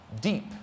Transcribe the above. deep